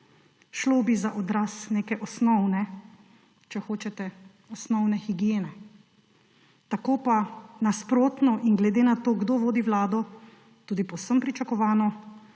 Šlo bi za odraz neke osnovne, če hočete, osnovne higiene, tako pa nasprotno in – glede na to, kdo vodi vlado – tudi povsem pričakovano